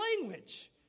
language